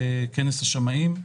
בכנס השמאים,